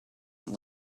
and